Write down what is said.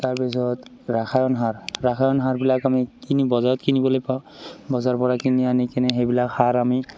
তাৰপিছত ৰাসায়ন সাৰ ৰাসায়ন সাৰবিলাক আমি কিনি বজাৰত কিনিবলৈ পাওঁ বজাৰ পৰা কিনি আনি কিনে সেইবিলাক সাৰ আমি